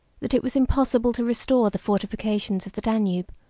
that it was impossible to restore the fortifications of the danube,